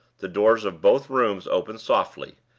the doors of both rooms opened softly,